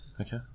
Okay